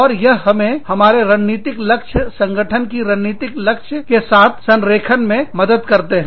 और यह हमें हमारे रणनीतिक लक्ष्य संगठन की रणनीतिक लक्ष्य के साथ संरेखण में मदद करते है